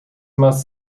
most